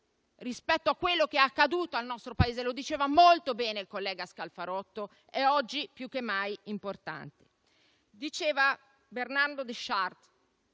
rispetto a quello che è accaduto al nostro Paese - come diceva molto bene il collega Scalfarotto - è oggi più che mai importante. Bernardo di Chartres